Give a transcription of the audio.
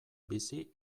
bizi